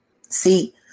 See